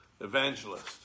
evangelist